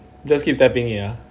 just keep tapping it ah